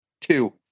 Two